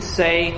say